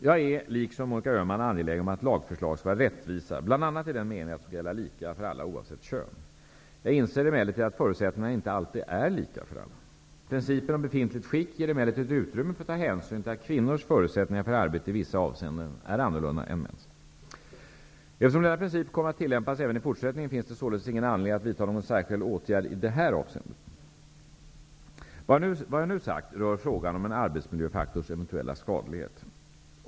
Jag är, liksom Monica Öhman, angelägen om att lagförslag skall vara rättvisa bl.a. i den meningen att de skall gälla lika för alla oavsett kön. Jag inser emellertid att förutsättningarna inte alltid är lika för alla. Principen om befintligt skick ger emellertid utrymme för att ta hänsyn till att kvinnors förutsättningar för arbete i vissa avseenden är annorlunda än mäns. Eftersom denna princip kommer att tillämpas även i fortsättningen finns det således ingen anledning att vidta någon särskild åtgärd i det här avseendet. Vad jag nu sagt rör frågan om en arbetsmiljöfaktors eventuella skadlighet.